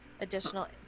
Additional